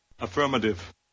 Affirmative